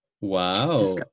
Wow